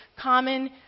common